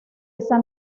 esa